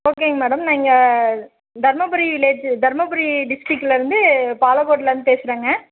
ஓகேங்க மேடம் நான் இங்கே தருமபுரி விலேஜ்ஜு தருமபுரி டிஸ்டிக்லருந்து பாலக்கோட்லந்து பேசுறங்க